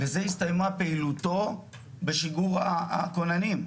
בזה הסתיימה פעילותו בשיגור הכוננים,